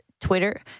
Twitter